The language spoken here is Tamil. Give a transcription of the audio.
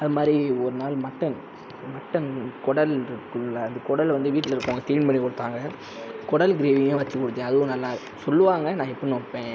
அதை மாதிரி ஒரு நாள் மட்டன் மட்டன் குடல் இருக்கும்ல அந்த குடல வந்து வீட்டில் இருக்கறவங்க க்ளீன் பண்ணி கொடுத்தாங்க குடல் கிரேவியும் வச்சு கொடுத்தேன் அதுவும் நல்லா சொல்லுவாங்க நான் எப்பிட்னு வைப்பேன்